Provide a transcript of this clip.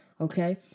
okay